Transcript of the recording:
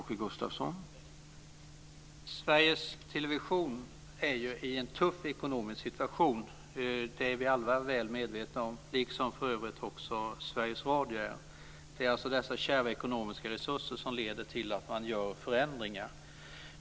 Herr talman! Sveriges Television är i en tuff ekonomisk situation - det är vi alla väl medvetna om. Det gäller för övrigt också Sveriges Radio. Det är de här kärva ekonomiska resurserna som leder till att man gör förändringar.